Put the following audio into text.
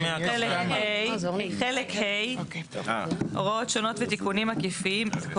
תיקון חוק התכנון והבנייה62.בחוק